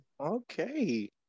Okay